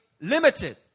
Limited